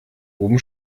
oben